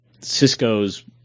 Cisco's